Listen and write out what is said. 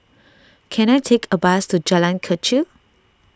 can I take a bus to Jalan Kechil